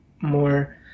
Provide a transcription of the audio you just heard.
more